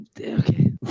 Okay